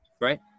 Right